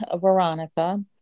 Veronica